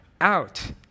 out